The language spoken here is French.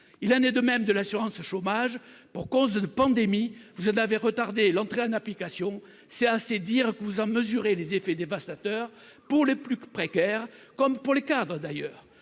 Il en est de même de l'assurance chômage. Pour cause de pandémie, vous avez retardé l'entrée en application de la réforme. C'est assez dire que vous en mesurez les effets dévastateurs, pour les plus précaires comme pour les cadres d'ailleurs.